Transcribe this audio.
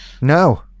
No